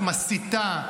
מסיתה,